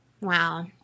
Wow